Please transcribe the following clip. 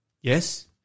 Yes